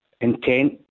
intent